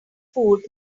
food